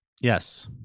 Yes